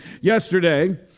Yesterday